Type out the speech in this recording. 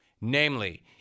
Namely